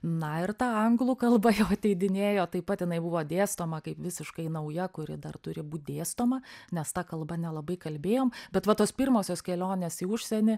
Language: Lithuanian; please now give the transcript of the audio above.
na ir ta anglų kalba ateidinėjo taip pat jinai buvo dėstoma kaip visiškai nauja kuri dar turi būt dėstoma nes ta kalba nelabai kalbėjom bet va tos pirmosios kelionės į užsienį